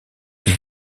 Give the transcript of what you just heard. ils